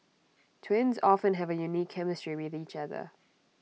twins often have A unique chemistry with each other